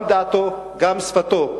גם את דעתו גם את שפתו,